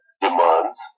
demands